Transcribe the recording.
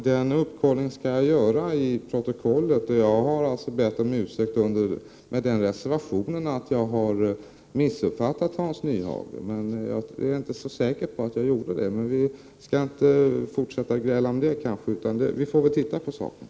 Herr talman! Den kollningen skall jag göra i protokollet. Jag har alltså bett om ursäkt med den reservationen att jag missuppfattade Hans Nyhage. Jag är dock inte så säker på att jag gjorde det. Men vi skall kanske inte fortsätta att gräla om detta, utan vi får titta på saken.